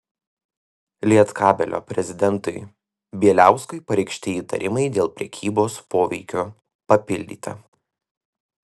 lietkabelio prezidentui bieliauskui pareikšti įtarimai dėl prekybos poveikiu papildyta